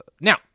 now